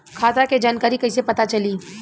खाता के जानकारी कइसे पता चली?